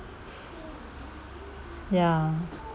ya